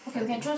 I think